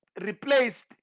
replaced